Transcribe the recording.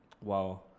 Wow